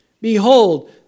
Behold